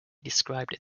described